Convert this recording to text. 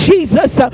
Jesus